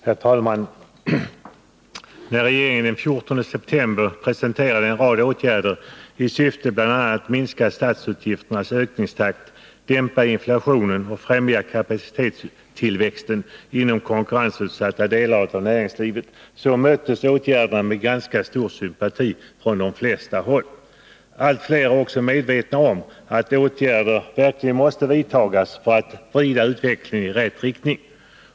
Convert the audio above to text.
Herr talman! När regeringen den 14 september presenterade en rad åtgärder i syfte att bl.a. minska statsutgifternas ökningstakt, dämpa inflationen och främja kapacitetstillväxten inom konkurrensutsatta delar av näringslivet möttes åtgärderna med ganska stor sympati från de flesta håll. Allt fler är också medvetna om att åtgärder verkligen måste vidtas för att vrida utvecklingen i rätt riktning.